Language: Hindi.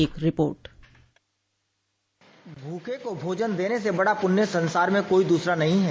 एक रिपोर्ट भूखे को भोजन देने से बड़ा पूण्य संसार में कोई द्रसरा नहीं है